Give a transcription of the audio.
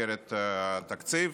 במסגרת התקציב,